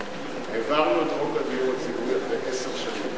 העברנו את חוק הדיור הציבורי לפני עשר שנים,